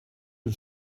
een